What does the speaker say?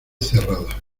cerrada